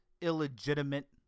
illegitimate